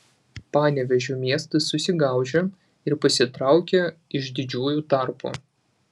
panevėžio miestas susigaužė ir pasitraukė iš didžiųjų tarpo